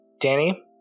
Danny